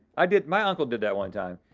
i did, my uncle did that one time.